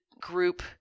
group